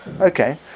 okay